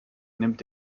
nimmt